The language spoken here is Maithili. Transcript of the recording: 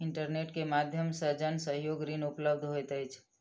इंटरनेट के माध्यम से जन सहयोग ऋण उपलब्ध होइत अछि